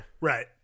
Right